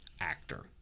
actor